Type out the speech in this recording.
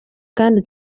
kandi